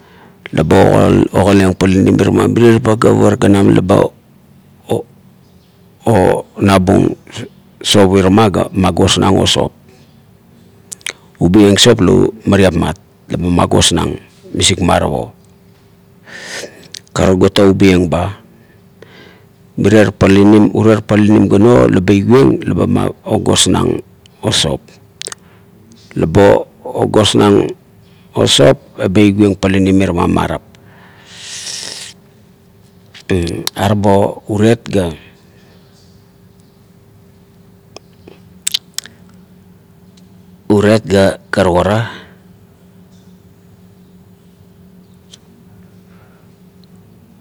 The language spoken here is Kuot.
La ba o galaieng palinim irana mirie pagap ara galam naba nabung sop irana ga magosnang o sop-ubi ieng la arerapnat la mgosnang misik marap o, karuk ga o obieng ba. uarie planim gano la ba igoieng la ba agosnang o sop la ba ogosnang o sop eba igoieng palanim irama marap. Arabo uriet ga uriet ga karuk ara.